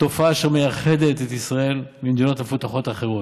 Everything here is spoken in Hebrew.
תופעה אשר מייחדת את ישראל ממדינות מפותחות אחרות.